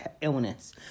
illness